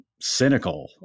cynical